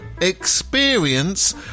Experience